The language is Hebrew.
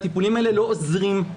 הטיפולים האלה לא עוזרים.